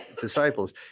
disciples